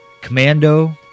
Commando